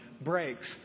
breaks